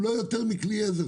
הוא לא יותר מכלי עזר.